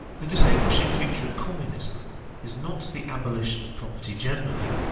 the distinguishing feature of communism is not the abolition of property generally,